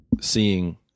seeing